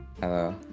Hello